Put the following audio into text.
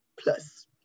plus